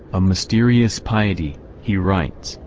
a mysterious piety, he writes,